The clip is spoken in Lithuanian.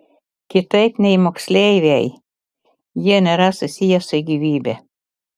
kitaip nei moksleiviai jie nėra susiję su gyvybe